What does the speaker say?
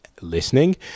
listening